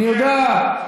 אני יודע,